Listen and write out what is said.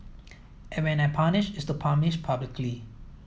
and when I punish it's to punish publicly